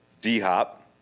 D-Hop